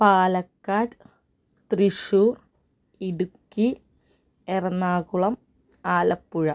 Palakkad Thrissur Idukki Ernakulam Alappuzha